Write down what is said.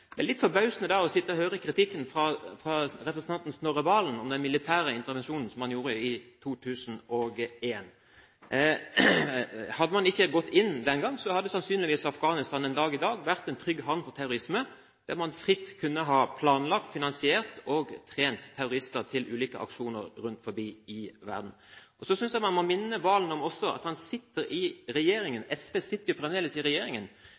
Det er litt forbausende da å sitte og høre kritikken fra representanten Snorre Serigstad Valen av den militære intervensjonen som man gjorde i 2001. Hadde man ikke gått inn den gang, hadde sannsynligvis Afghanistan den dag i dag vært en trygg havn for terrorisme, der man fritt kunne ha planlagt, finansiert og trent terrorister til ulike aksjoner rundt omkring i verden. Så synes jeg også man må minne Serigstad Valen om at SV fremdeles sitter i regjeringen, med et kollektivt ansvar for den militære innsatsen i